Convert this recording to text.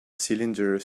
cylinder